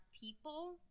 people